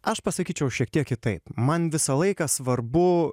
aš pasakyčiau šiek tiek kitaip man visą laiką svarbu